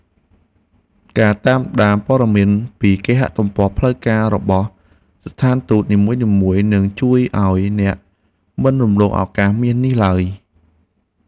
ការតាមដានព័ត៌មានពីគេហទំព័រផ្លូវការរបស់ស្ថានទូតនីមួយៗនឹងជួយឱ្យអ្នកមិនរំលងឱកាសមាសនេះឡើយ។